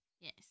Yes